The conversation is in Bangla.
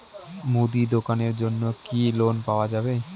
মুদি দোকানের জন্যে কি লোন পাওয়া যাবে?